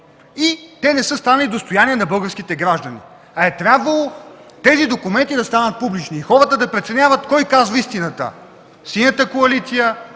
и те не са станали достояние на българските граждани. Тези документи е трябвало да станат публични и хората да преценяват кой казва истината – Синята коалиция,